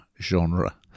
genre